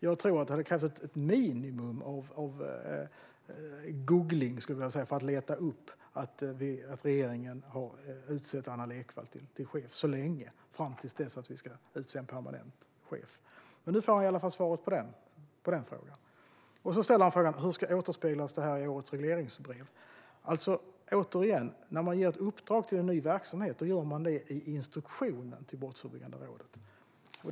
Jag tror att det hade krävts ett minimum av googling för att leta upp att regeringen har utsett Anna Lekvall till chef så länge, fram till att vi utser en permanent chef. Nu får Roger Haddad i alla fall svar på den frågan. Han frågar också hur detta återspeglas i årets regleringsbrev. Återigen: När man ger ett uppdrag till en ny verksamhet gör man det i instruktionen till Brottsförebyggande rådet.